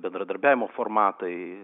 bendradarbiavimo formatai